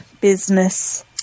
business